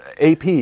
AP